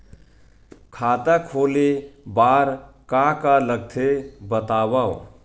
खाता खोले बार का का लगथे बतावव?